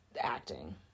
acting